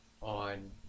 on